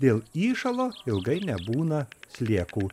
dėl įšalo ilgai nebūna sliekų